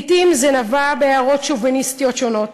לעתים זה נבע מהערות שוביניסטיות שונות,